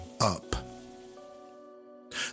up